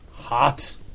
Hot